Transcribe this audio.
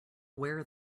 where